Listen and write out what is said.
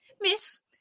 Miss